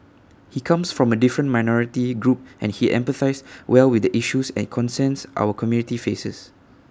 he comes from A different minority group and he empathises well with the issues and concerns our community faces